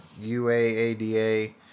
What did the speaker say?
U-A-A-D-A